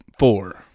Four